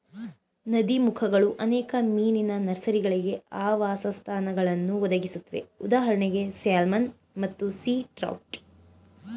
ನದೀಮುಖಗಳು ಅನೇಕ ಮೀನಿನ ನರ್ಸರಿಗಳಿಗೆ ಆವಾಸಸ್ಥಾನಗಳನ್ನು ಒದಗಿಸುತ್ವೆ ಉದಾ ಸ್ಯಾಲ್ಮನ್ ಮತ್ತು ಸೀ ಟ್ರೌಟ್